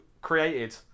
created